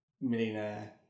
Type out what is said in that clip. millionaire